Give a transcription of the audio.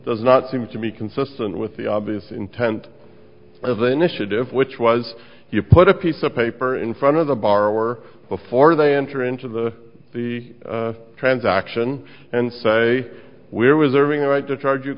does not seem to be consistent with the obvious intent of the initiative which was you put a piece of paper in front of the borrower before they enter into the the transaction and say we're was serving the right to charge you